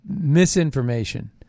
misinformation